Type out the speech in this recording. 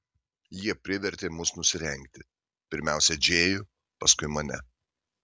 jie privertė mus nusirengti pirmiausia džėjų paskui mane